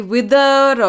Wither